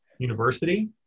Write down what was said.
university